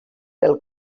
pel